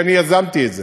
כי אני יזמתי את זה